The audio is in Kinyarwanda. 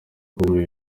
bihumbi